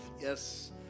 Yes